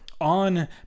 on